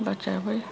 बचाबै